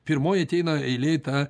pirmoji ateina eilėj ta